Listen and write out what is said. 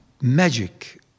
magic